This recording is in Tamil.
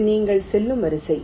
இது நீங்கள் செல்லும் வரிசை